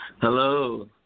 Hello